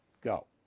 Go